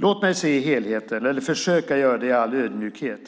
Låt mig i all ödmjukhet försöka se helheten.